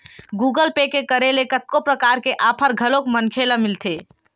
Google Pay के करे ले कतको परकार के आफर घलोक मनखे ल मिलथे